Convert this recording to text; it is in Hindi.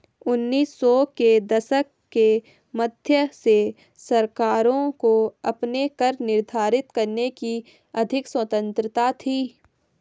उन्नीस सौ के दशक के मध्य से सरकारों को अपने कर निर्धारित करने की अधिक स्वतंत्रता थी